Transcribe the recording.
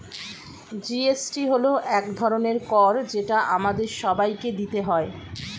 GST হল এক ধরনের কর যেটা আমাদের সবাইকে দিতে হয়